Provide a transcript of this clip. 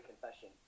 confession